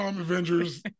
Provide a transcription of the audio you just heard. Avengers